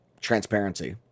transparency